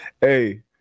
Hey